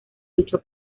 luchó